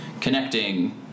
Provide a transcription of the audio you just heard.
connecting